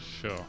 Sure